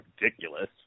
ridiculous